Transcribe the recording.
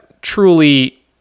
Truly